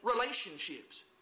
relationships